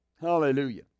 Hallelujah